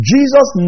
Jesus